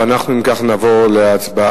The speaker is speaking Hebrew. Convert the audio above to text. ואנחנו, אם כך, נעבור להצבעה.